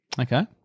Okay